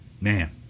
Man